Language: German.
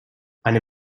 eine